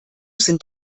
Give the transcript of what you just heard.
sind